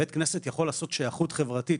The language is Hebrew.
בית כנסת יכול לעשות שייכות חברתית,